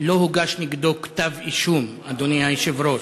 לא הוגש כתב אישום, אדוני היושב-ראש.